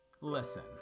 Listen